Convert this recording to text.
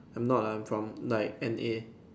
I'm not I'm from like N_A